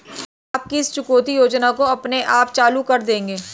आप किस चुकौती योजना को अपने आप चालू कर देंगे?